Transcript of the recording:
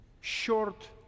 short